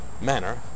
manner